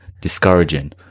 discouraging